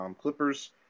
Clippers